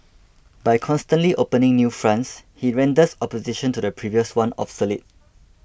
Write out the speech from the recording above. by constantly opening new fronts he renders opposition to the previous one obsolete